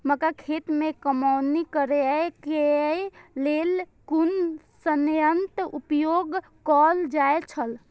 मक्का खेत में कमौनी करेय केय लेल कुन संयंत्र उपयोग कैल जाए छल?